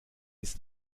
ist